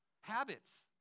Habits